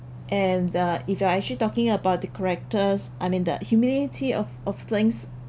and uh if you are actually talking about the characters I mean the humility of of things